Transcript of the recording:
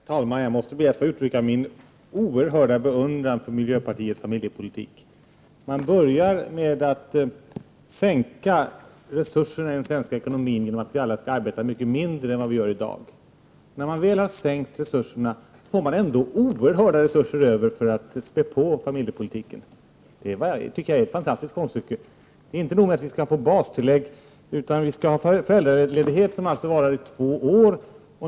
Herr talman! Jag måste be att få uttrycka min oerhörda beundran för miljöpartiets familjepolitik. Man börjar med att minska resurserna i den svenska ekonomin, genom att vi alla skall arbeta mycket mindre än vi gör i dag. När man väl har minskat resurserna får man ändå oerhörda resurser över för att spä på familjepolitiken. Det tycker jag är ett fantastiskt konststycke. Det är inte nog med att vi skall få bastillägg, utan vi skall ha föräldraledighet som varar i två år.